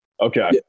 okay